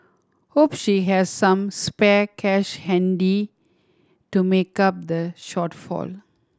hope she has some spare cash handy to make up the shortfall